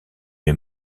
est